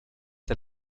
der